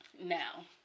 Now